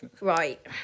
Right